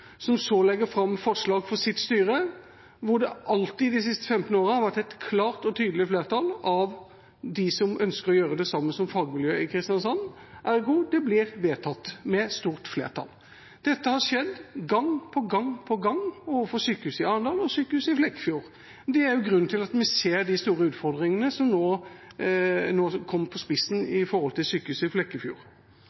som så legger fram forslag for sitt styre, hvor det alltid de siste 15 årene har vært et klart og tydelig flertall bestående av dem som ønsker å gjøre det samme som fagmiljøet i Kristiansand. Ergo: Det blir vedtatt med stort flertall. Dette har skjedd gang på gang overfor sykehuset i Arendal og sykehuset i Flekkefjord. Det er grunnen til at vi ser de store utfordringene som nå er satt på spissen